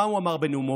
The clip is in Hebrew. מה הוא אמר בנאומו,